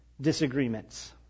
disagreements